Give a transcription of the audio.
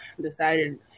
Decided